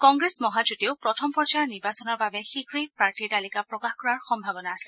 কংগ্ৰেছ মহাজোঁটেও প্ৰথম পৰ্যায়ৰ নিৰ্বাচনৰ বাবে শীঘ্ৰেই প্ৰাৰ্থীৰ তালিকা প্ৰকাশ কৰাৰ সম্ভাৱনা আছে